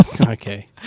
Okay